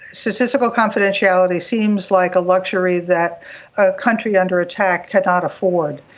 statistical confidentiality seems like a luxury that a country under attack cannot afford,